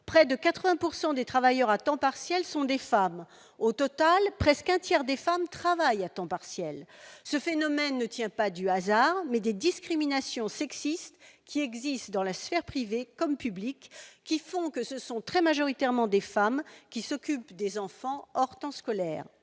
près de 80 % des travailleurs à temps partiel sont des femmes. Au total, près d'un tiers des femmes travaillent à temps partiel. Ce phénomène n'est pas dû au hasard, mais à des discriminations sexistes qui existent dans les sphères privée et publique : en particulier, ce sont très majoritairement les femmes qui s'occupent des enfants hors temps scolaire.